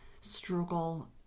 struggle